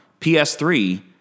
PS3